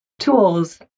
tools